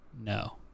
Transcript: no